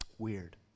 weird